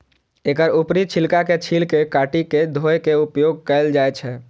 एकर ऊपरी छिलका के छील के काटि के धोय के उपयोग कैल जाए छै